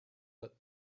but